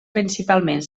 principalment